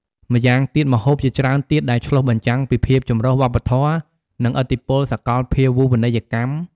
ម្យ៉ាងទៀត ម្ហូបជាច្រើនទៀតដែលឆ្លុះបញ្ចាំងពីភាពចម្រុះវប្បធម៌ និងឥទ្ធិពលសកលភាវូបនីយកម្ម។